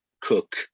cook